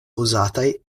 uzataj